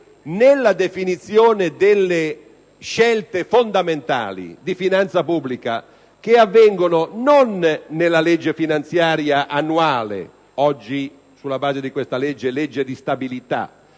nella definizione delle scelte fondamentali di finanza pubblica, che avvengono non nella legge finanziaria annuale - oggi legge di stabilità